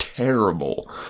Terrible